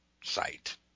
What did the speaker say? site